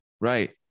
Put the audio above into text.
Right